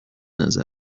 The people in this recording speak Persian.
نظر